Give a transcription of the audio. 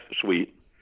suite